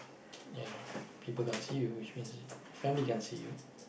you know people can't see you which means your family can't see you